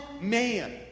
man